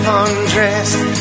undressed